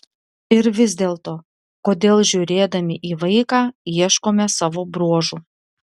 ir vis dėlto kodėl žiūrėdami į vaiką ieškome savo bruožų